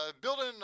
building